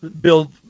Bill